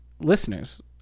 listeners